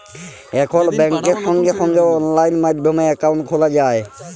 এখল ব্যাংকে সঙ্গে সঙ্গে অললাইন মাধ্যমে একাউন্ট খ্যলা যায়